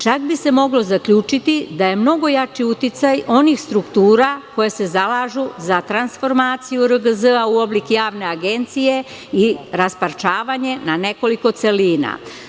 Čak bi se moglo zaključiti da je mnogo jači uticaj onih struktura koje se zalažu za transformaciju RGZ u oblik javne agencije i rasparčavanje na nekoliko celina.